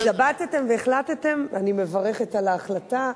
התלבטתם והחלטתם, אני מברכת על ההחלטה.